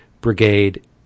brigade